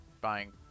buying